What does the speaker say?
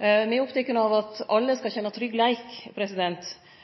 Me er opptekne av at alle skal